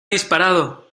disparado